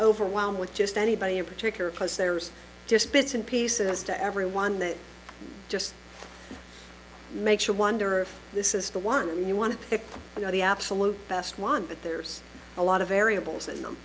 overwhelmed with just anybody in particular because there's just bits and pieces to every one that just makes you wonder if this is the one you want to you know the absolute best want but there's a lot of variables